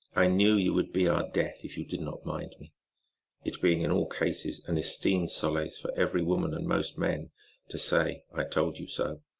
i knew you would be our death if you did not mind me it being in all cases an esteemed solace for every woman and most men to say, i told you so!